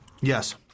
Yes